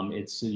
um it's,